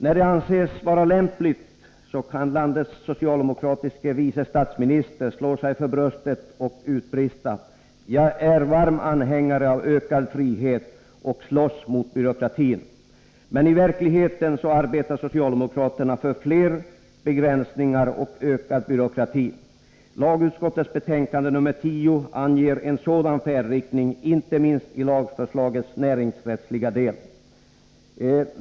När det anses vara lämpligt kan landets socialdemokratiske vice statsminister slå sig för bröstet och utbrista: Jag är varm anhängare av ökad frihet och slåss mot byråkratin. Men i verkligheten arbetar socialdemokraterna för fler begränsningar och ökad byråkrati. Lagutskottets betänkande 10 anger en sådan färdriktning, inte minst i lagförslagets näringsrättsliga del.